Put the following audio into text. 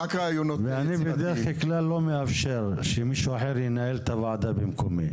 ואני בדרך כלל לא מאפשר שמישהו אחר ינהל את הוועדה במקומי,